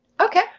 Okay